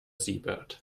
siebert